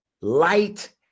light